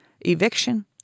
eviction